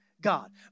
God